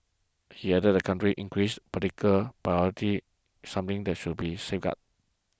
he added that the country's increasing political party something that should be safeguarded